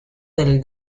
del